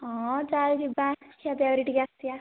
ହଁ ଚାଲ ଯିବା ଖିଆ ଖି କରିକି ଟିକେ ଆସିବା